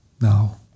Now